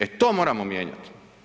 E to moramo mijenjati.